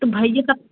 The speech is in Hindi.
तो भैया तो